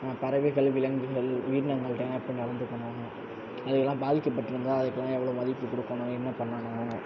பறவைகள் விலங்குகள் உயிரினங்கள்டலாம் எப்படி நடந்துக்கணும் அதுலாம் பாதிக்கப்பட்டு இருந்தால் அதுக்குலாம் எவ்வளோ மதிப்பு கொடுக்கணும் என்ன பண்ணணும்